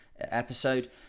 episode